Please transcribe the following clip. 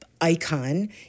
icon